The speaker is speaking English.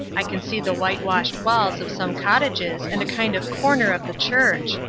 i can see the whitewashed walls of some cottages and a kind of corner of the church.